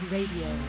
Radio